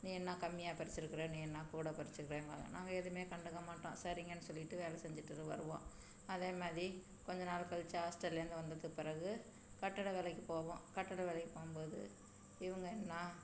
நீ என்ன கம்மியாக பறிச்சிருக்கிற நீ என்ன நான் கூட பறிச்சிருக்கிறேன்னுவாங்க நாங்கள் எதுவுமே கண்டுக்க மாட்டோம் சரிங்கன்னு சொல்லிட்டு வேலை செஞ்சிட்டு வருவோம் அதே மாதிரி கொஞ்ச நாள் கழிச்சி ஹாஸ்டல்லேருந்து வந்தது பிறகு கட்டட வேலைக்கு போவோம் கட்டட வேலைக்கு போகும் போது இவங்க நான்